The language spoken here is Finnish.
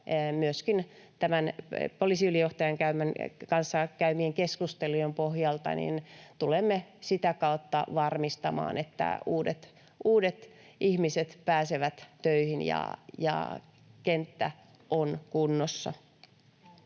myöskin poliisiylijohtajan kanssa käymieni keskustelujen pohjalta tulemme sitä kautta varmistamaan, että uudet ihmiset pääsevät töihin ja kenttä on kunnossa.